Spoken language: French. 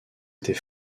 était